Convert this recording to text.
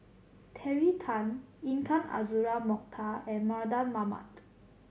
Terry Tan Intan Azura Mokhtar and Mardan Mamat